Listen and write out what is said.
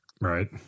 Right